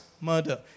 murder